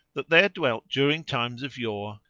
that there dwelt during times of yore,